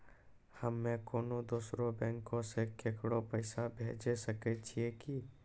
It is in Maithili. हम्मे कोनो दोसरो बैंको से केकरो पैसा भेजै सकै छियै कि?